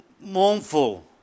mournful